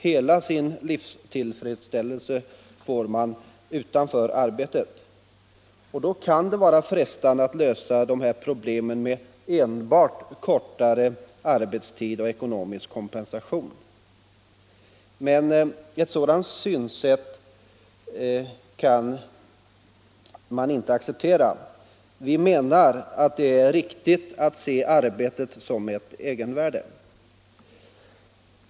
Hela sin livstillfredsställelse får man utanför arbetet, och då kan det vara frestande att lösa arbetsmiljöns problem med enbart kortare arbetstid och ekonomisk kompensation. Men ett sådant synsätt kan inte accepteras. Vi menar att det är riktigt att se arbetet som ett egenvärde.